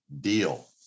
deal